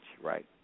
right